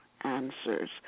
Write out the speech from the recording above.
answers